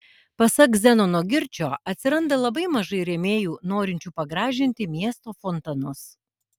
pasak zenono girčio atsiranda labai mažai rėmėjų norinčių pagražinti miesto fontanus